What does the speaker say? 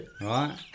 Right